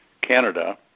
Canada